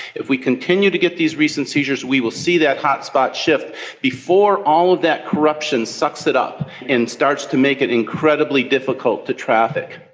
if we continue to get these recent seizures we will see that hot spot shift before all of that corruption sucks it up and starts to make it incredibly difficult to traffic.